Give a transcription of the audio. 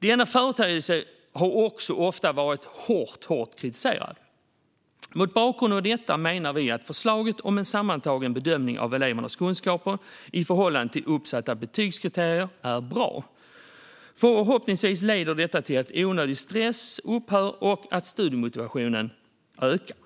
Denna företeelse har ofta varit hårt kritiserad. Mot bakgrund av detta menar vi att förslaget om en sammantagen bedömning av elevernas kunskaper i förhållande till uppsatta betygskriterier är bra. Förhoppningsvis leder detta till att onödig stress upphör och att studiemotivationen ökar.